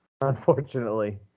unfortunately